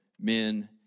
men